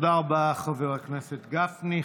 תודה רבה, חבר הכנסת גפני.